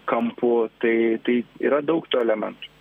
kampu tai tai yra daug tų elementų